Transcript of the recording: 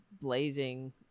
blazing